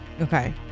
Okay